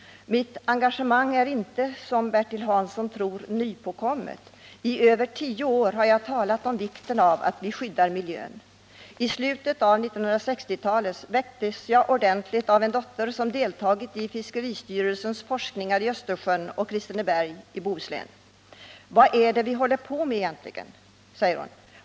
Mitt engagemang är inte, såsom Bertil Hansson tror, nypåkommet. I över tio år har jag talat om vikten av att vi skyddar miljön. I slutet av 1960-talet väcktes jag ordentligt av min dotter som deltagit i fiskeristyrelsens forskningar i Östersjön och vid Kristineberg i Bohuslän. Hon sade: ”Vad är det vi håller på med egentligen?